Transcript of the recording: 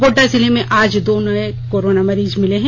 गोड़डा जिले में आज दो नए कोरोना मरीज मिले हैं